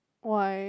why